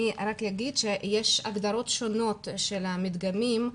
אני אומר שיש הגדרות שונות של המדגמים.